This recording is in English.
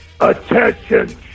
Attention